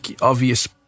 obvious